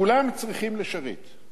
כולם צריכים לשרת.